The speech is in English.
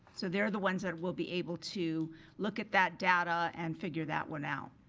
so they're the ones that will be able to look at that data and figure that one out.